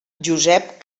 josep